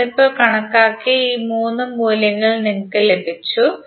നമ്മൾ ഇപ്പോൾ കണക്കാക്കിയ ഈ 3 മൂല്യങ്ങൾ നിങ്ങൾക്ക് ലഭിച്ചു